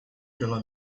pela